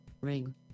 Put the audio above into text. Ring